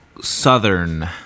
southern